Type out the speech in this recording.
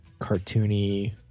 cartoony